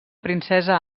princesa